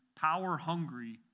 power-hungry